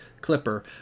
Clipper